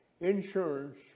Insurance